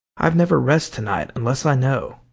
i'll never rest to-night unless i know.